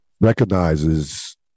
recognizes